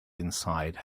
inside